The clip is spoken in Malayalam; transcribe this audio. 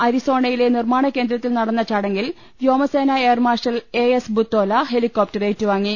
അരിസോണയിലെ നിർമ്മാണ കേന്ദ്രത്തിൽ നടന്ന ചടങ്ങിൽ വ്യോമസേനാ air marshal S Butola helicopter A ഏറ്റുവാങ്ങി